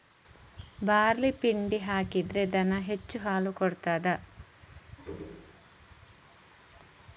Barley ಪಿಂಡಿ ಹಾಕಿದ್ರೆ ದನ ಹೆಚ್ಚು ಹಾಲು ಕೊಡ್ತಾದ?